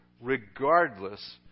regardless